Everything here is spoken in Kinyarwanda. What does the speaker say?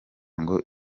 ngo